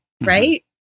right